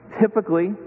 typically